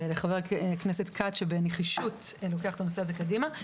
וחבר הכנסת כץ שבנחישות לוקח את הנושא הזה קדימה.